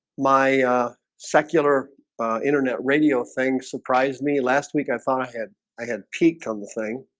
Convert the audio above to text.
my secular internet radio thing surprised me last week. i thought i had i had peaked on the thing.